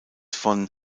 von